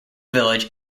village